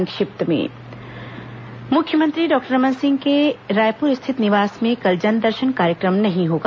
संक्षिप्त समाचार मुख्यमंत्री डॉक्टर रमन सिंह के रायपुर स्थित निवास में कल जनदर्शन कार्यक्रम नहीं होगा